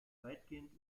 weitgehend